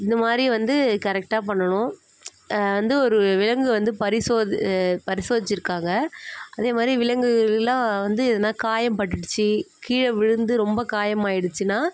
இந்தமாதிரி வந்து கரெக்டாக பண்ணணும் வந்து ஒரு விலங்கை வந்து பரிசோது பரிசோதிச்சிருக்காங்கள் அதேமாதிரி விலங்குகள்லாம் வந்து எதனால் காயம் பட்டுடுச்சு கீழே விழுந்து ரொம்ப காயமாயிடுச்சின்னால்